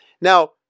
Now